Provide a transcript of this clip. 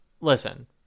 Listen